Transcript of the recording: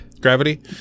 Gravity